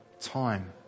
time